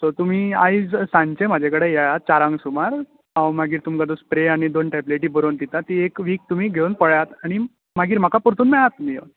so तुमी आयज सांजेचे म्हज्या कडेन येयात चारांक सुमार हांव मागीर तुमकां तो एक स्प्रे आनी दोन टेबलेटी बरोवन दिता तीं एक वीक तुमीं घेवन पळयात आनी मागीर म्हाका परतून मेळात तुमी येवन